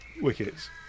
wickets